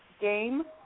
game